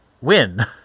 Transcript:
win